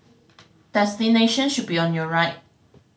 destination should be on your right